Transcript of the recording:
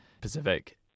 Pacific